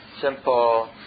simple